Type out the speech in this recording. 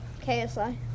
KSI